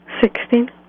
Sixteen